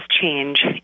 change